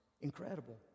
incredible